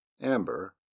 amber